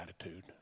attitude